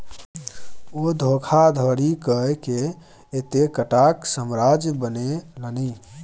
ओ धोखाधड़ी कय कए एतेकटाक साम्राज्य बनेलनि